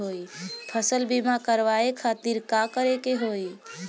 फसल बीमा करवाए खातिर का करे के होई?